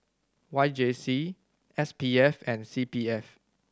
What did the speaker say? Y J C S P F and C P F